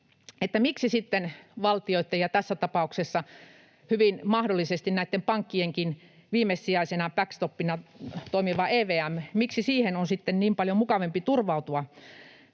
sitten valtioitten ja tässä tapauksessa hyvin mahdollisesti näitten pankkienkin viimesijaisena backstopina toimivaan EVM:ään on sitten niin paljon mukavampi turvautua,